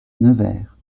nevers